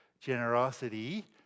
generosity